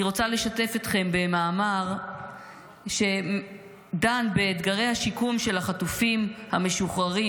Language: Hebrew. אני רוצה לשתף אתכם במאמר שדן באתגרי השיקום של החטופים המשוחררים,